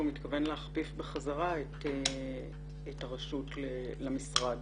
מתכוון להכפיף בחזרה את הרשות למשרד.